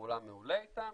פעולה מעולה איתם,